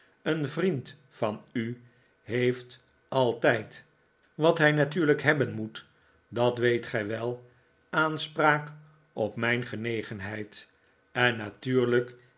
een vriend van u heeft altijd wat hij natuurlijk hebben moet dat weet gij wel aanspraak op mijn genegenheid en natuurlijk